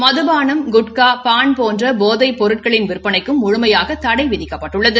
மதுபானம் குட்கா பான் போன்ற போதைப் பொருட்களின் விற்பனைக்கும் முழுமையாக தடை விதிக்கப்பட்டுள்ளது